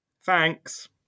Thanks